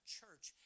church